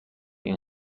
این